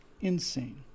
insane